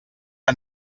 que